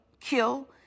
kill